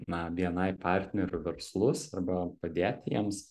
na bni partnerių verslus arba padėti jiems